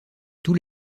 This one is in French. tous